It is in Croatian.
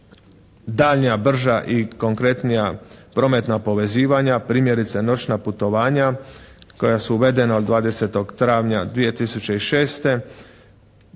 daljnja, brža i konkretnija prometna povezivanja, primjerice noćna putovanja koja su uvedena od 20. travnja 2006.,